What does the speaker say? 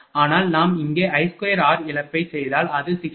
ஆனால் நாம் இங்கே I2r இழப்பைச் செய்தால் அது 60